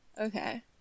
Okay